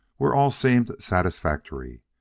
where all seemed satisfactory.